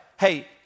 Hey